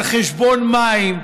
על חשבון מים,